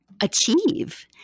achieve